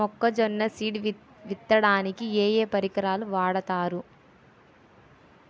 మొక్కజొన్న సీడ్ విత్తడానికి ఏ ఏ పరికరాలు వాడతారు?